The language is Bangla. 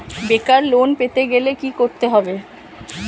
বেকার লোন পেতে গেলে কি করতে হবে?